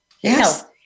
Yes